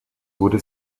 wurde